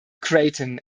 creighton